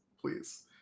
please